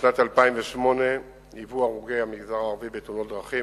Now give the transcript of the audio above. בשנת 2008 היוו הרוגי המגזר הערבי בתאונות דרכים